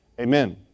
Amen